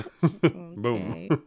Boom